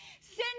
Send